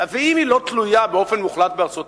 ואם היא לא תלויה באופן מוחלט בארצות-הברית,